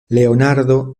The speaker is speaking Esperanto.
leonardo